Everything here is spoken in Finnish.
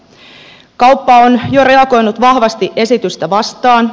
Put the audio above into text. kauppa on jo reagoinut vahvasti esitystä vastaan